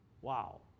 Wow